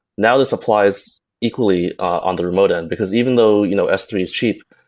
now this applies equally on the remote end, because even though you know s three is cheap,